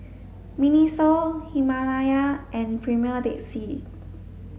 Miniso Himalaya and Premier Dead Sea